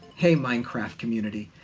hey, minecraft community.